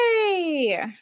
yay